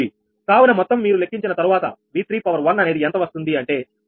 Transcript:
కావున మొత్తం మీరు లెక్కించిన తర్వాత 𝑉31 అనేది ఎంత వస్తుంది అంటే 1